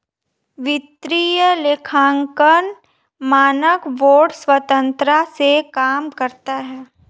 वित्तीय लेखांकन मानक बोर्ड स्वतंत्रता से काम करता है